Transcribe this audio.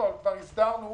כבר הסדרנו